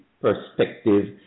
perspective